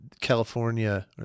California